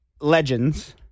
Legends